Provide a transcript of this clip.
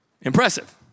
Impressive